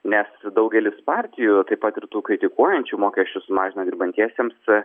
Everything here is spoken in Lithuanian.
nes daugelis partijų taip pat ir tų kritikuojančių mokesčius mažina dirbantiesiems